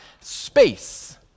space